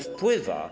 Wpływa.